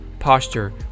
posture